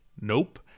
Nope